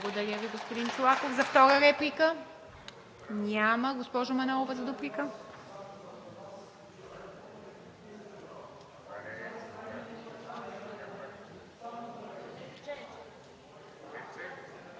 Благодаря Ви, господин Чолаков. За втора реплика? Няма. Госпожо Манолова, за дуплика.